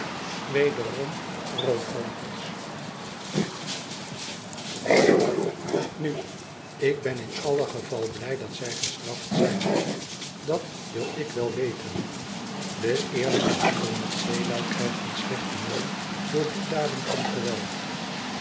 nu ik ben in alle geval blij dat zij gestraft zijn dat wil ik wel weten de eerlijke handel met zeelui krijgt een slechten naam door die daden van geweld